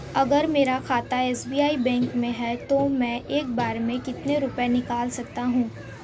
अगर मेरा खाता एस.बी.आई बैंक में है तो मैं एक बार में कितने रुपए निकाल सकता हूँ?